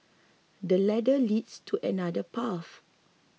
this ladder leads to another path